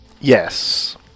Yes